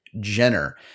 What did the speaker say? Jenner